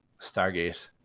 Stargate